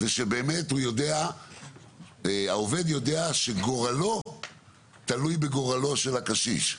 באמת העובד יודע שגורלו תלוי בגורלו של הקשיש.